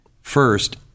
First